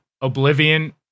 Oblivion